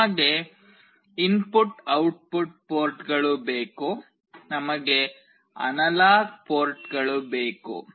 ನಮಗೆ input output ಪೋರ್ಟ್ಗಳು ಬೇಕು ನಮಗೆ ಅನಲಾಗ್ ಪೋರ್ಟ್ಗಳು ಬೇಕು